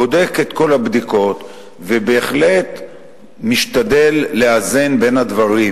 בודק את כל הבדיקות ובהחלט משתדל לאזן בין הדברים,